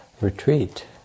retreat